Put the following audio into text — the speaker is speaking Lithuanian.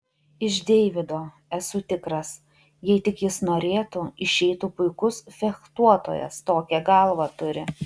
iš deivido esu tikras jei tik jis norėtų išeitų puikus fechtuotojas tokią galvą turi